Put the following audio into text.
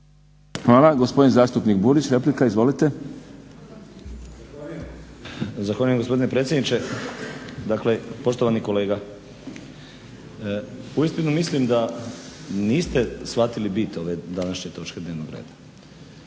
(SDP)** Gospodin zastupnik Burić replika. Izvolite. **Burić, Dinko (HDSSB)** Zahvaljujem gospodine predsjedniče. Dakle, poštovani kolega uistinu mislim da niste shvatili bit ove današnje točke dnevnog reda.